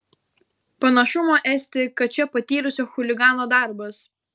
panašumo esti kad čia patyrusio chuligano darbas